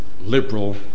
liberal